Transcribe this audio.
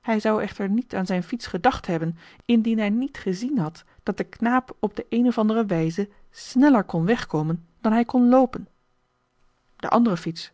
hij zou echter niet aan zijn fiets gedacht hebben indien hij niet gezien had dat de knaap op de een of andere wijze sneller kon wegkomen dan hij kon loopen de andere fiets